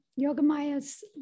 Yogamaya's